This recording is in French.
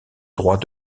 droit